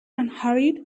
unhurried